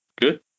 Good